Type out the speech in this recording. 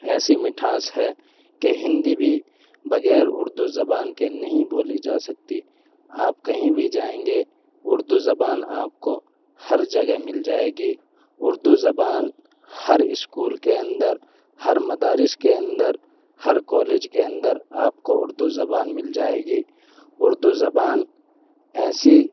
ایسی مٹھاس ہے کہ ہندی بھی بغیر اردو زبان کے نہیں بولی جا سکتی آپ کہیں بھی جائیں گے اردو زبان آپ کو ہر جگہ مل جائے گی اردو زبان ہر اسکول کے اندر ہر مدارس کے اندر ہر کالج کے اندر آپ کو اردو زبان مل جائے گی اردو زبان ایسی